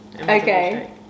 Okay